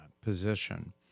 position